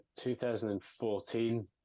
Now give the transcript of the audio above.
2014